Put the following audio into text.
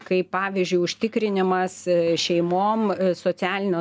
kaip pavyzdžiui užtikrinimas šeimom socialinio